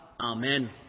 Amen